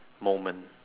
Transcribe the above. moment